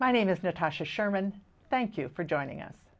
my name is natasha sherman thank you for joining us